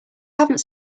haven’t